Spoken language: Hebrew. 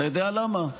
אתה יודע למה?